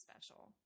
special